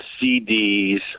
CD's